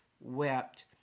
wept